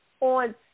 on